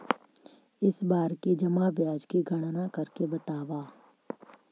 इस बार की जमा ब्याज की गणना करके बतावा